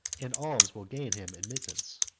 and alms will gain him admittance.